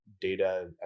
data